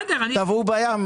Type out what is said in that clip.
טבעו בים?